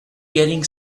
getting